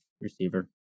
receiver